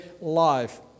life